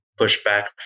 pushback